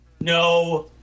No